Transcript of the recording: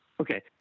okay